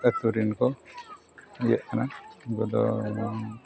ᱟᱹᱛᱩᱨᱮᱱ ᱠᱚ ᱤᱭᱟᱹᱜ ᱠᱟᱱᱟ ᱩᱱᱠᱩ ᱫᱚ